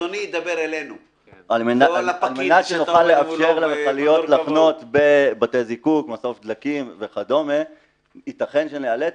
ייתכן שניאלץ